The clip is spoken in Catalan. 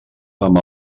amb